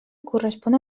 correspon